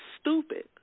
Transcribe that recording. stupid